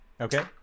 okay